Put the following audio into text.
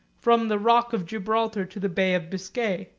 from the rock of gibraltar to the bay of biscay.